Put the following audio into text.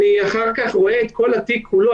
ואחר כך כשאני רואה את כל התיק כולו,